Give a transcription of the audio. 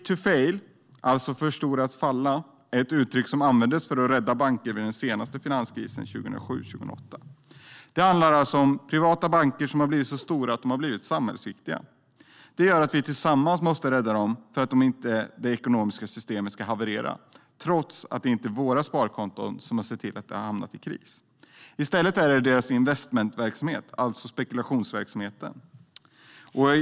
Too big to fail, för stor för att falla, är ett uttryck som användes för att rädda banker vid den senaste finanskrisen 2007-2008. Det handlar alltså om att privata banker har blivit så stora att de har blivit samhällsviktiga. Det gör att vi tillsammans måste rädda dem för att det ekonomiska systemet inte ska haverera - trots att det inte är våra sparkonton som har sett till att de har hamnat i kris utan deras investmentverksamhet, alltså deras spekulationsverksamhet.